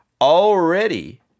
already